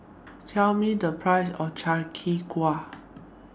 Tell Me The Price of Chi Kak Kuih